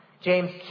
James